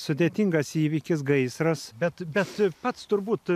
sudėtingas įvykis gaisras bet bet pats turbūt